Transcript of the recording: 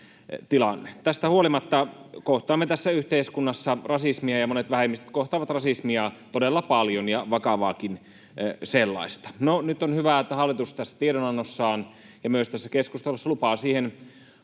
Tästä huolimatta kohtaamme tässä yhteiskunnassa rasismia ja monet vähemmistöt kohtaavat rasismia todella paljon, ja vakavaakin sellaista. No, nyt on hyvä, että hallitus tässä tiedonannossaan ja myös tässä keskustelussa lupaa siihen